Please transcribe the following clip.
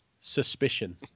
suspicion